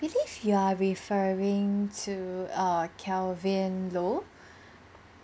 believe you are referring to err kelvin loh